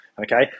okay